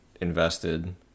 invested